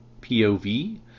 POV